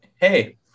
hey